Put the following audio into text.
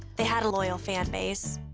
they had a loyal fan base,